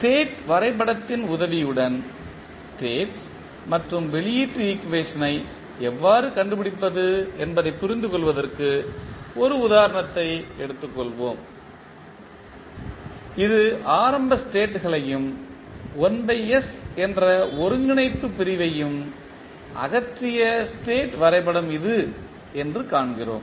state வரைபடத்தின் உதவியுடன் state மற்றும் வெளியீட்டு ஈக்குவேஷனை எவ்வாறு கண்டுபிடிப்பது என்பதைப் புரிந்துகொள்வதற்கு ஓர் உதாரணத்தை எடுத்துக் கொள்வோம் இது ஆரம்ப ஸ்டேட்களையும் 1s என்ற ஒருங்கிணைப்பு பிரிவையும் அகற்றிய ஸ்டேட் வரைபடம் இது என்று காண்கிறோம்